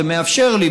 זה מאפשר לי,